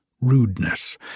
rudeness